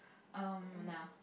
um nah